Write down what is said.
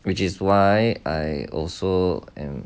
which is why I also am